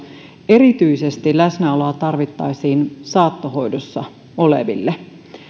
erityisesti läsnäoloa tarvittaisiin saattohoidossa oleville